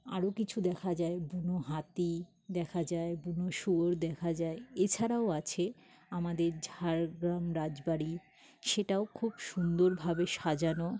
আরও কিছু দেখা যায় যেমন হাতি দেখা যায় বনো শুয়োর দেখা যায় এছাড়াও আছে আমাদের ঝাড়গ্রাম রাজবাড়ি সেটাও খুব সুন্দর ভাবে সাজানো